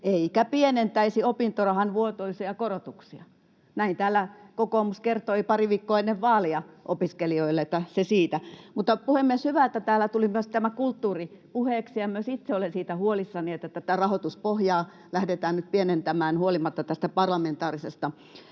eikä pienentäisi opintorahan vuotuisia korotuksia.” Näin täällä kokoomus kertoi pari viikkoa ennen vaaleja opiskelijoille. Että se siitä. Puhemies! Hyvä, että täällä tuli myös tämä kulttuuri puheeksi. Myös itse olen huolissani siitä, että tätä rahoituspohjaa lähdetään nyt pienentämään huolimatta tästä parlamentaarisesta